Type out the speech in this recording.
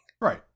Right